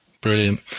Brilliant